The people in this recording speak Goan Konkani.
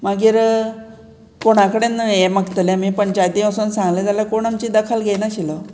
मागीर कोणा कडेन हें मागतलें आमी पंचायती वोसोन सांगलें जाल्यार कोण आमची दखल घेयनाशिल्लो